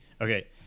Okay